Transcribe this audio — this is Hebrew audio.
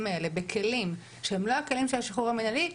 האלה בכלים שהם לא הכלים של השחרור המנהלי,